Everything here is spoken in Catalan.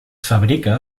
fabrica